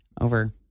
over